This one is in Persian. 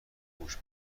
موش